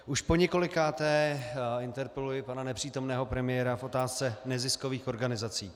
Už poněkolikáté interpeluji nepřítomného premiéra v otázce neziskových organizací.